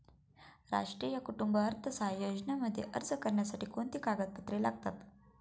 राष्ट्रीय कुटुंब अर्थसहाय्य योजनेमध्ये अर्ज करण्यासाठी कोणती कागदपत्रे लागतात?